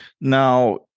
now